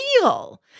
real